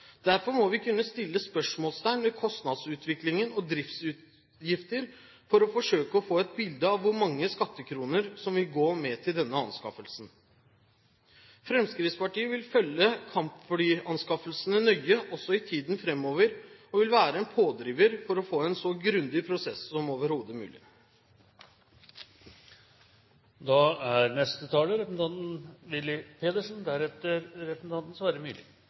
Derfor må vi kunne stille spørsmål ved kostnadsutviklingen og driftsutgiftene for å forsøke å få et bilde av hvor mange skattekroner som vil gå med til denne anskaffelsen. Fremskrittspartiet vil følge kampflyanskaffelsene nøye også i tiden fremover og være en pådriver for å få en så grundig prosess som overhodet mulig. Proposisjon 110 S for 2010–2011 om investeringer i Forsvaret svarer etter min oppfatning til en rekke behov for Forsvaret. Norge er